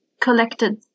collected